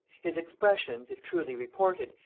his expressions, if truly reported,